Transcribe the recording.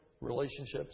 relationships